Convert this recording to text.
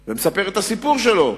נכנס ומספר את הסיפור שלו: